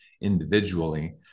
individually